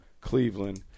Cleveland